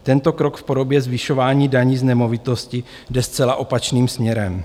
Tento krok v podobě zvyšování daní z nemovitosti jde zcela opačným směrem.